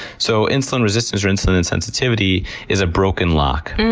so insulin resistance or insulin insensitivity is a broken lock,